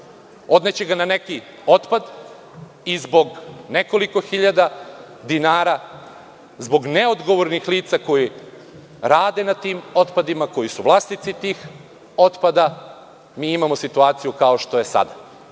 odneće ga na neki otpad i zbog nekoliko hiljada dinara, zbog neodgovornih lica koji rade na tim otpadima, koji su vlasnici tih otpada, mi imamo situaciju kao što je sada. Na